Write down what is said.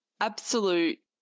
absolute